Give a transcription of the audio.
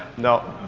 no.